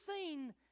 seen